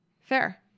Fair